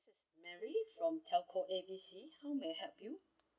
this is mary from telco A B C how may I help you